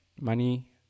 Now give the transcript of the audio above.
money